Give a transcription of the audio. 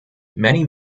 many